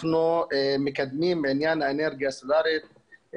אנחנו מקדמים עניין אנרגיה סולארית,